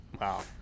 Wow